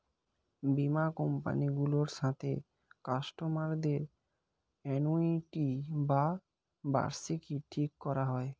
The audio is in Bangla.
বীমা কোম্পানি গুলোর সাথে কাস্টমার দের অ্যানুইটি বা বার্ষিকী ঠিক করা হয়